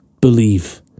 believe